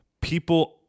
people